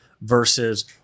versus